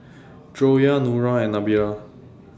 Joyah Nura and Nabila